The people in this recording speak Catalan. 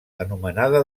anomenada